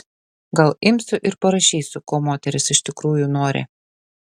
gal imsiu ir parašysiu ko moterys iš tikrųjų nori